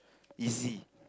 easy